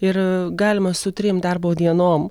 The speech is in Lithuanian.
ir galima su trim darbo dienom